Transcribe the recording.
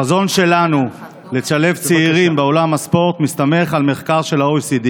החזון שלנו לשלב צעירים בעולם הספורט מסתמך על מחקר של ה-OECD